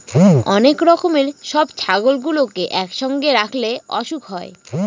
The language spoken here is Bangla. অনেক রকমের সব ছাগলগুলোকে একসঙ্গে রাখলে অসুখ হয়